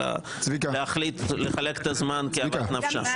אלא לחלק את הזמן כאוות נפשה.